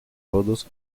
todos